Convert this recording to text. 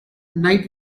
knight